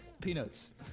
Peanuts